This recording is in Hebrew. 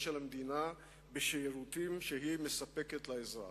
של המדינה בשירותים שהיא מספקת לאזרח.